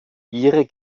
ihre